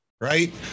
Right